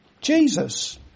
Jesus